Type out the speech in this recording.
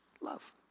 Love